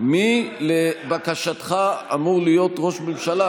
מי לבקשתך אמור להיות ראש הממשלה,